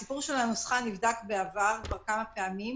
הסיפור של הנוסחה נבדק בעבר כבר כמה פעמים,